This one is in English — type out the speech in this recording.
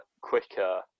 quicker